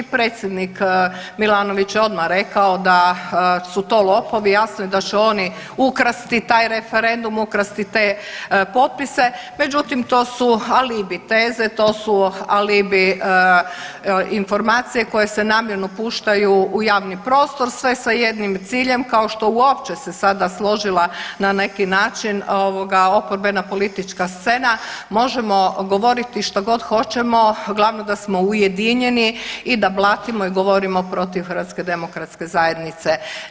Predsjednik Milanović je odmah rekao da su to lopovi, jasno je da će oni ukrasti taj referendum, ukrasti te potpise, međutim, to su alibi teze, to su alibi informacije koje se namjerno puštaju u javni prostor, sve sa jednim ciljem kao što uopće se sada složila na neki način ovoga, oporbena politička scena, možemo govoriti što god hoćemo, glavno da smo ujedinjeni i da blatimo i govorimo protiv HDZ-a.